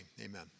amen